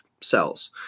cells